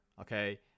okay